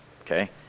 okay